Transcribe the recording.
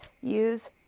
use